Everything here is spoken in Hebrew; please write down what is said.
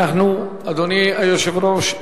אדוני היושב-ראש,